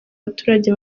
abaturage